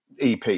EP